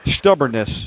Stubbornness